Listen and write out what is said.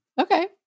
Okay